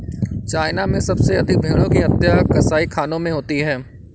China में सबसे अधिक भेंड़ों की हत्या कसाईखानों में होती है